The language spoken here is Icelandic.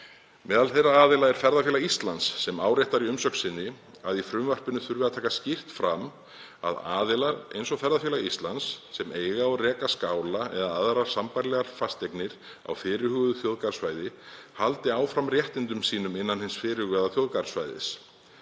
Meðal þeirra aðila er Ferðafélag Íslands sem áréttar í umsögn sinni að í frumvarpinu þurfi að taka skýrt fram að „… aðilar eins og FÍ, sem eiga og reka skála eða aðrar sambærilegar fasteignir á fyrirhuguðu þjóðgarðssvæði, haldi áfram réttindum sínum innan hins fyrirhugaða þjóðgarðssvæðis.